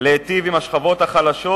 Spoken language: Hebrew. להיטיב עם השכבות החלשות,